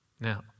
now